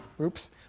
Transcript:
oops